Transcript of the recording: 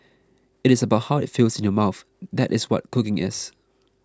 it is about how it feels in your mouth that is what cooking is